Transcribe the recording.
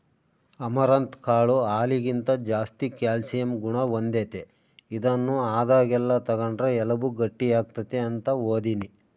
amaranth ಕಾಳು ಹಾಲಿಗಿಂತ ಜಾಸ್ತಿ ಕ್ಯಾಲ್ಸಿಯಂ ಗುಣ ಹೊಂದೆತೆ, ಇದನ್ನು ಆದಾಗೆಲ್ಲ ತಗಂಡ್ರ ಎಲುಬು ಗಟ್ಟಿಯಾಗ್ತತೆ ಅಂತ ಓದೀನಿ